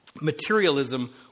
materialism